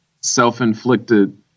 self-inflicted